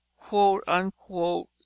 quote-unquote